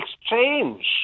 exchange